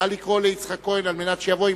נא לקרוא לו, שיבוא.